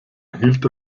erhielt